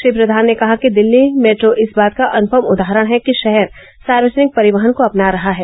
श्री प्रधान ने कहा कि दिल्ली मेट्रोइस बात का अनुपम उदाहरण है कि शहर सार्वजनिक परिवहन को अपना रहा है